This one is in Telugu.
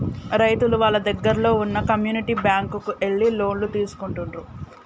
రైతులు వాళ్ళ దగ్గరల్లో వున్న కమ్యూనిటీ బ్యాంక్ కు ఎళ్లి లోన్లు తీసుకుంటుండ్రు